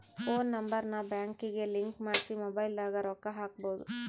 phone number ನ ಬ್ಯಾಂಕಿಗೆ link ಮಾಡ್ಸಿ ಮೊಬೈಲದಾಗ ರೊಕ್ಕ ಹಕ್ಬೊದು